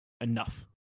enough